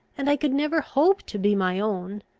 and i could never hope to be my own,